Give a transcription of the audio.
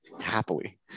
happily